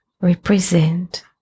represent